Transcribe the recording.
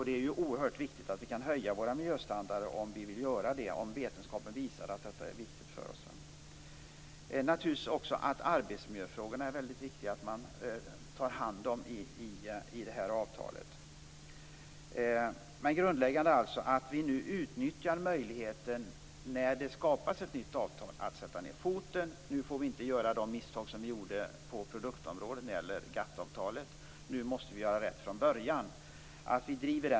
Det är oerhört viktigt att vi kan höja vår miljöstandard om vi vill göra det, om vetenskapen visar att det är viktigt för oss. Det är också väldigt viktigt att man tar hand om arbetsmiljöfrågorna i det här avtalet. Det grundläggande är alltså att vi nu när det skapas ett nytt avtal utnyttjar möjligheterna att sätta ned foten. Vi får inte göra de misstag som vi gjorde på produktområdet när det gällde GATT-avtalet. Nu måste vi göra rätt från början.